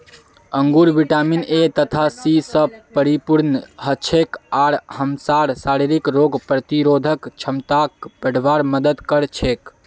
अंगूर vitamin A तथा C स परिपूर्ण हछेक आर हमसार शरीरक रोग प्रतिरोधक क्षमताक बढ़वार मदद कर छेक